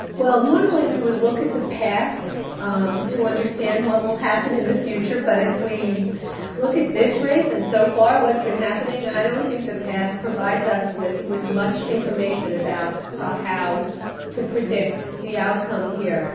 well, normally we would look at the past um to understand what will happen in the future. but if we look at this race and so far what's been happening i don't think the past provides us with with much information about to predict the outcome here.